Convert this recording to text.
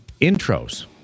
intros